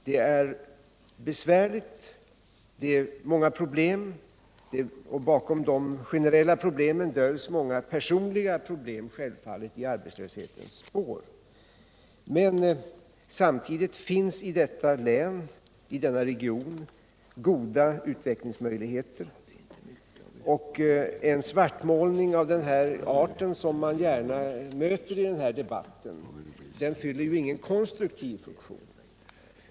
Det är besvärligt och det finns många problem. Bakom de generella problemen döljs självfallet många personliga problem i arbetslöshetens spår. Men samtidigt finns i detta län, i denna region, goda utvecklingsmöjligheter. En svartmålning av den art som man ofta möter i debatten fyller ingen konstruktiv funktion.